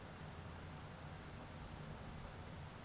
আমরা যে মুগের ডাইল খাই সেটাকে গিরিল গাঁও ব্যলে